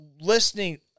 listening